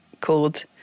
called